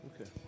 Okay